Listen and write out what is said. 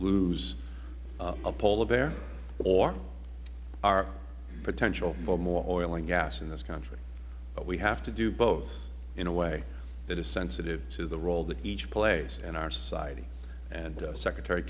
lose a polar bear or our potential for more oil and gas in this country but we have to do both in a way that is sensitive to the role that each plays in our society and secretary